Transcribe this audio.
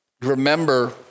Remember